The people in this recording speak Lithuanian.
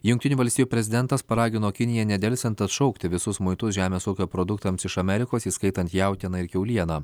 jungtinių valstijų prezidentas paragino kiniją nedelsiant atšaukti visus muitus žemės ūkio produktams iš amerikos įskaitant jautieną ir kiaulieną